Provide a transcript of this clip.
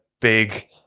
big